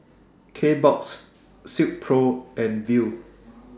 Kbox Silkpro and Viu